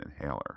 inhaler